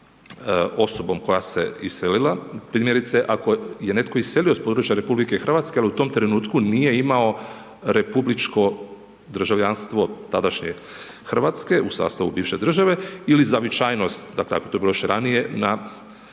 osobom koja se iselila. Primjerice, ako je netko iselio s područja RH, al u tom trenutku nije imao republičko državljanstvo, tadašnje, Hrvatske u sastavu bivše države ili zavičajnost, dakle, to je bilo još ranije na području